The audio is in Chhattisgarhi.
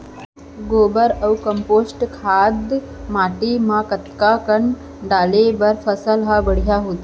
गोबर अऊ कम्पोस्ट खाद माटी म कतका कन डाले बर फसल ह बढ़िया होथे?